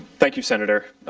thank you, senator.